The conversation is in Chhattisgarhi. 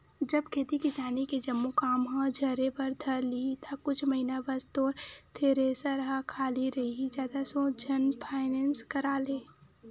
जब खेती किसानी के जम्मो काम ह झरे बर धर लिही ता कुछ महिना बस तोर थेरेसर ह खाली रइही जादा सोच झन फायनेंस करा ले